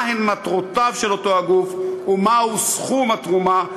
מה הן מטרותיו של אותו הגוף ומה הוא סכום התרומה,